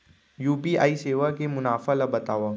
UPI सेवा के मुनाफा ल बतावव?